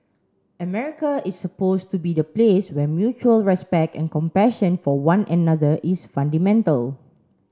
America is supposed to be the place where mutual respect and compassion for one another is fundamental